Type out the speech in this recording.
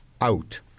out